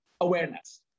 awareness